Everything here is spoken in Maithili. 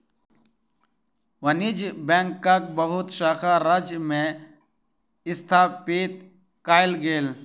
वाणिज्य बैंकक बहुत शाखा राज्य में स्थापित कएल गेल